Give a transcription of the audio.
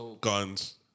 guns